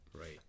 Right